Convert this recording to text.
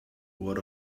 what